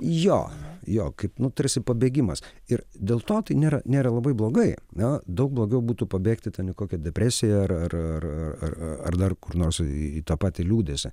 jo jo kaip nu tarsi pabėgimas ir dėl to tai nėra nėra labai blogai na daug blogiau būtų pabėgti ten į kokią depresiją ar ar ar ar dar kur nors į tą patį liūdesį